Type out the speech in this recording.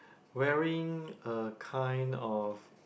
wearing a kind of